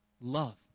Love